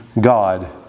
God